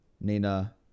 Nina